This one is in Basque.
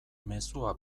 mezua